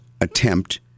attempt